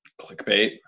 clickbait